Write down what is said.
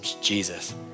Jesus